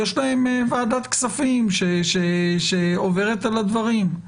יש להם ועדת כספים שעוברת על הדברים.